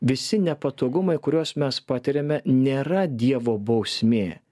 visi nepatogumai kuriuos mes patiriame nėra dievo bausmė